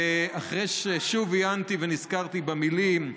ואחרי ששוב עיינתי ונזכרתי במילים,